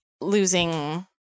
losing